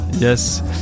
Yes